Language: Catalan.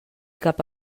cap